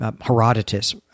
Herodotus